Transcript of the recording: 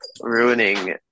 ruining